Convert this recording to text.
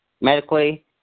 medically